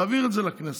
להעביר את זה לכנסת.